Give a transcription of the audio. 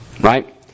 Right